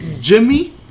Jimmy